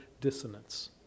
dissonance